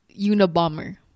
Unabomber